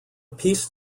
piece